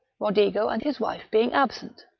rodigo and his wife being absent.